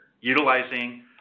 utilizing